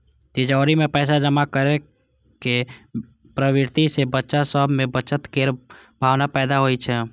तिजौरी मे पैसा जमा करै के प्रवृत्ति सं बच्चा सभ मे बचत केर भावना पैदा होइ छै